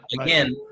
again